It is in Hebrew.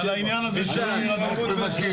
על נושאים